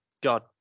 god